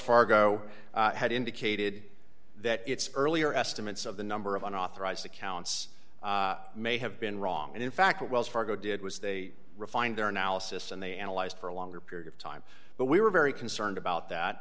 fargo had indicated that its earlier estimates of the number of unauthorized accounts may have been wrong and in fact what wells fargo did was they refined their analysis and they analyzed for a longer period of time but we were very concerned about that